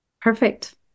Perfect